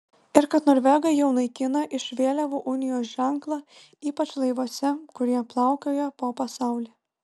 ir kad norvegai jau naikina iš vėliavų unijos ženklą ypač laivuose kurie plaukioja po pasaulį